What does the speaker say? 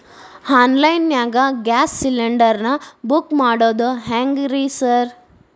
Online ನಾಗ gas cylinder ನಾ book ಮಾಡೋದ್ ಹೆಂಗ್ರಿ ಸಾರ್?